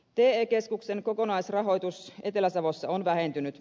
te keskuksen kokonaisrahoitus etelä savossa on vähentynyt